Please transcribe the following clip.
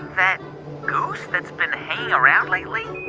that goose that's been hanging around lately?